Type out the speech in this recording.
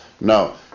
No